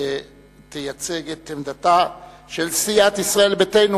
תייצג את עמדתה של סיעת ישראל ביתנו,